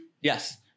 Yes